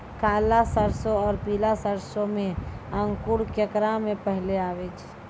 काला सरसो और पीला सरसो मे अंकुर केकरा मे पहले आबै छै?